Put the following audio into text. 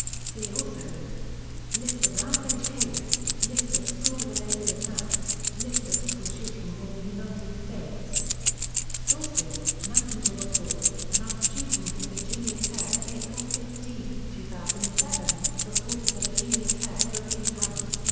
see also list of rampage killers list of school-related attacks list of school shootings in the united states sources massengill report mass shootings at virginia tech april sixteen, two thousand and seven report of the virginia tech review panel.